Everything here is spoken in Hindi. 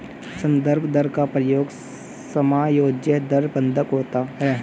संदर्भ दर का प्रयोग समायोज्य दर बंधक होता है